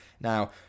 now